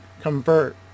convert